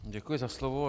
Děkuji za slovo.